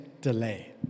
delay